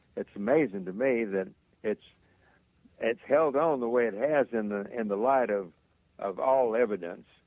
it's amazing to me that it's it's held on the way it has in the and the light of of all evidence.